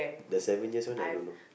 the seven years one I don't know